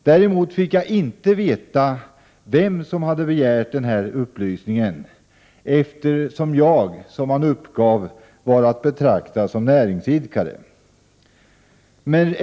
Däremot fick jag inte veta vem som hade begärt denna upplysning, eftersom jag, som man uppgav, var att betrakta som näringsidkare.